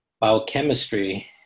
biochemistry